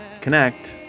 connect